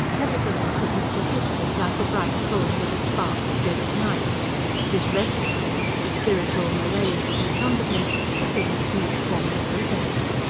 nevertheless it had persisted, like a bright cold little spark at dead of night his restlessness, the spiritual malaise that encumbered him had been its mute form of protest.